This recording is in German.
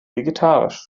vegetarisch